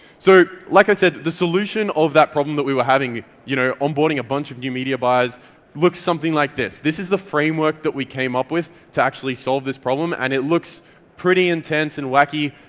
so like i said, the solution of that problem that we were having, you know onboarding a bunch of new media buyers looks something like this. this is the framework that we came up with to actually solve this problem and it looks pretty intense and wacky.